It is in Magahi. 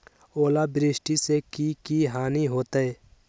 ओलावृष्टि से की की हानि होतै?